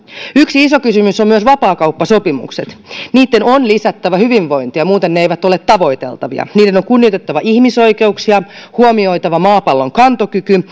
yksi iso kysymys on myös vapaakauppasopimukset niitten on lisättävä hyvinvointia muuten ne eivät ole tavoiteltavia niiden on kunnioitettava ihmisoikeuksia huomioitava maapallon kantokyky